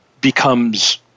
becomes